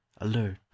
alert